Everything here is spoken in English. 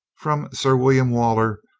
from sir william waller,